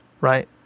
right